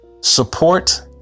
support